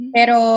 Pero